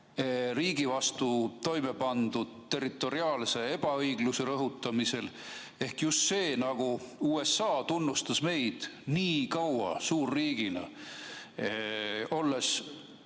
riigi vastu toime pandud territoriaalse ebaõigluse rõhutamisel? USA tunnustas meid nii kaua, suurriigina, kui